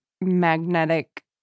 magnetic